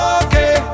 okay